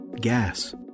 gas